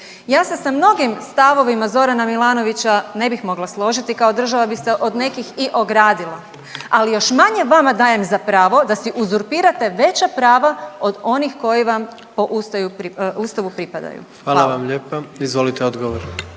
Ja se sa mnogim stavovima Zorana Milanovića ne bih mogla složiti. Kao država bih se od nekih i ogradila, ali još manje vama dajem za pravo da si uzurpirate veća prava od onih koji vam po Ustavu pripadaju. Hvala. **Jandroković, Gordan